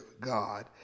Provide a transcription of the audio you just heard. God